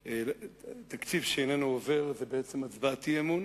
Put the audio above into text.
תקציב שאיננו עובר פירושו הצבעת אי-אמון,